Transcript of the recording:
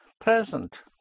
present